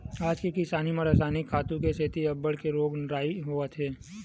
आज के किसानी म रसायनिक खातू के सेती अब्बड़ के रोग राई होवत हे